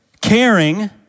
caring